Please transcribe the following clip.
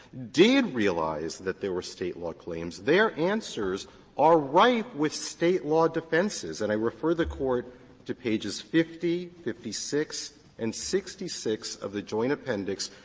did realize that there were state law claims. their answers are rife with state law defenses, and i refer the court to pages fifty, fifty six, and sixty six of the joint appendix.